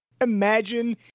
imagine